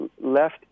left